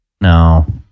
No